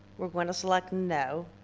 we're going to select no.